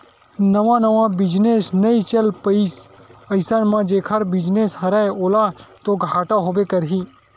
नवा नवा बिजनेस नइ चल पाइस अइसन म जेखर बिजनेस हरय ओला तो घाटा होबे करही